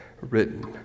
written